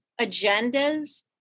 agendas